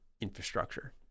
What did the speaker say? infrastructure